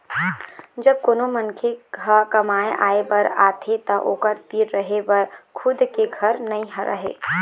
जब कोनो मनखे ह कमाए खाए बर आथे त ओखर तीर रहें बर खुद के घर नइ रहय